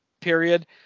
period